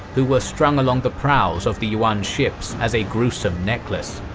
who were strung along the prows of the yuan ships as a gruesome necklace.